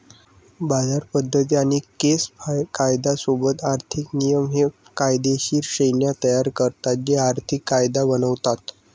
बाजार पद्धती आणि केस कायदा सोबत आर्थिक नियमन हे कायदेशीर श्रेण्या तयार करतात जे आर्थिक कायदा बनवतात